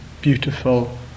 beautiful